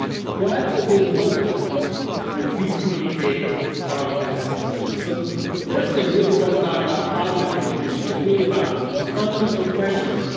what does it look like when we communicate at our best? so the first thing really, was not about positive communication, it was really about a fundamental question.